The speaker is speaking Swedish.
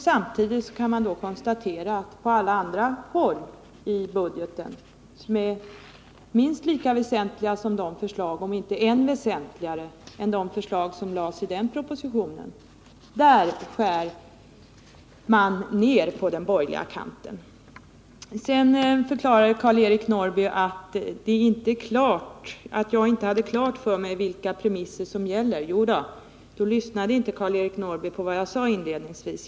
Samtidigt skär man på den borgerliga kanten ner anslagen till ungdomsverksamhet under alla andra avsnitt i budgeten som är lika väsentliga om inte ännu väsentligare än de förslag som framfördes i den propositionen. Karl-Eric Norrby förklarade att jag inte hade klart för mig vilka krav som ställs. Jodå, det har jag. Då lyssnade inte Karl-Eric Norrby på vad jag sade inledningsvis.